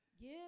Give